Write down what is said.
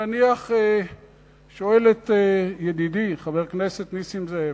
נניח, שואל את ידידי, חבר הכנסת נסים זאב,